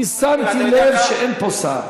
אני הערתי את זה כי שמתי לב שאין פה שר,